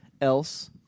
Else